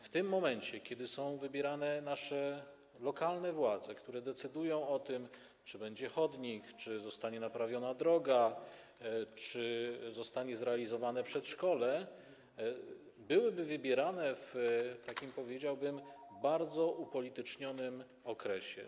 W tym momencie nasze lokalne władze, które decydują o tym, czy będzie chodnik, czy zostanie naprawiona droga, czy zostanie zrealizowane przedszkole, byłyby wybierane w takim, powiedziałbym, bardzo upolitycznionym okresie.